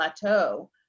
plateau